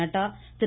Nadda Thiru